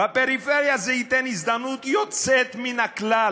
בפריפריה זה ייתן הזדמנות יוצאת מן הכלל